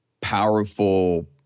powerful